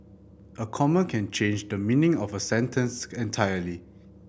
a comma can change the meaning of a sentence entirely